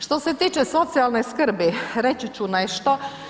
Što se tiče socijalne skrbi, reći ću nešto.